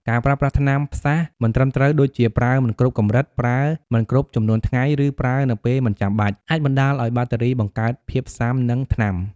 ការប្រើប្រាស់ថ្នាំផ្សះ មិនត្រឹមត្រូវ ដូចជាប្រើមិនគ្រប់កម្រិត ប្រើមិនគ្រប់ចំនួនថ្ងៃ ឬប្រើនៅពេលមិនចាំបាច់ អាចបណ្ដាលឱ្យបាក់តេរីបង្កើតភាពស៊ាំនឹងថ្នាំ។